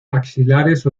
axilares